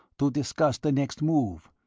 to discuss the next move.